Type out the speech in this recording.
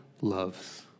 loves